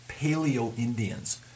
Paleo-Indians